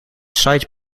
site